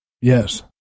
Yes